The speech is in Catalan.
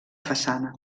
façana